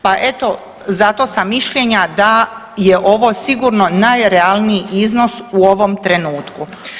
Pa evo zato sam mišljenja da je ovo sigurno najrealniji iznos u ovom trenutku.